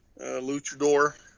luchador